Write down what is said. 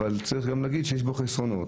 אבל יש בו גם חסרונות.